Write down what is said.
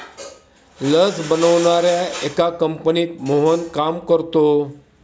लस बनवणाऱ्या एका कंपनीत मोहन काम करतो